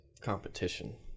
competition